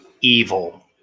evil